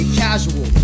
casual